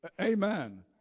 Amen